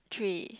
three